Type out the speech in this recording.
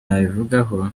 nabivugaho